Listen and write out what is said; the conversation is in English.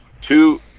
two